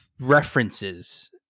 references